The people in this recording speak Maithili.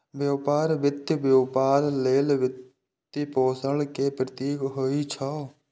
व्यापार वित्त व्यापार लेल वित्तपोषण के प्रतीक होइ छै